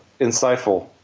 insightful